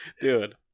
Dude